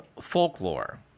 folklore